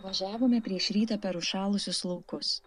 važiavome prieš rytą per užšalusius laukus